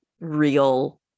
real